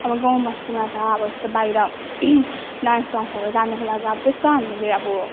अब गाउँ बस्तीमा त अब यस्तो बाहिर डान्स क्लासहरू जानुको लागि त्यस्तो हामीले अब